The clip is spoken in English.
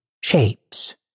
shapes